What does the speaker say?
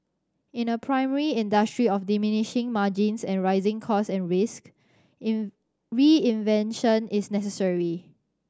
in a primary industry of diminishing margins and rising cost and risk in reinvention is necessary